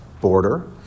border